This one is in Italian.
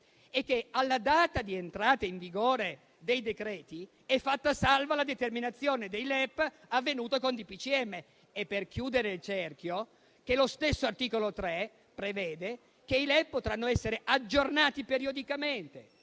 e che, alla data di entrata in vigore dei decreti, è fatta salva la determinazione dei LEP avvenuta con DPCM. Per chiudere il cerchio, lo stesso articolo 3 prevede che i LEP potranno essere aggiornati periodicamente,